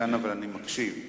אבל כאן אני מקשיב,